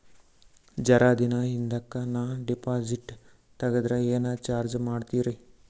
ಜರ ದಿನ ಹಿಂದಕ ನಾ ಡಿಪಾಜಿಟ್ ತಗದ್ರ ಏನ ಚಾರ್ಜ ಮಾಡ್ತೀರಿ?